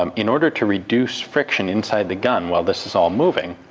um in order to reduce friction inside the gun while this is all moving,